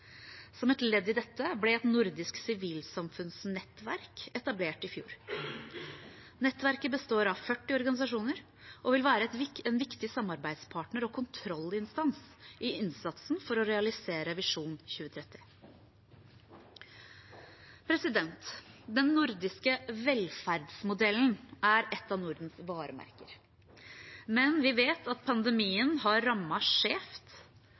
Som et ledd i dette ble et nordisk sivilsamfunnsnettverk etablert i fjor. Nettverket består av 40 organisasjoner og vil være en viktig samarbeidspartner og kontrollinstans i innsatsen for å realisere Visjon 2030. Den nordiske velferdsmodellen er et av Nordens varemerker. Men vi vet at pandemien har